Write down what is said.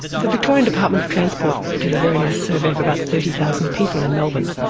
the victorian department of transport did a very nice survey of about thirty thousand people in melbourne.